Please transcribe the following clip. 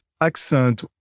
accent